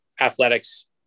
athletics